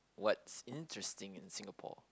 what's interesting in Singapore